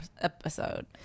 episode